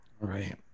Right